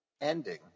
ending